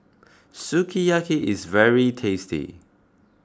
Sukiyaki is very tasty